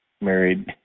married